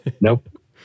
nope